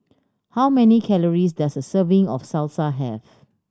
how many calories does a serving of Salsa have